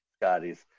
Scotty's